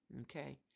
Okay